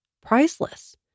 Priceless